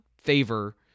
favor